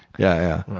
yeah,